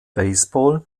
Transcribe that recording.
baseball